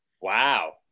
Wow